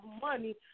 money